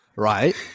right